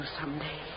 someday